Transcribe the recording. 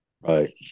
Right